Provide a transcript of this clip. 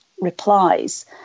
replies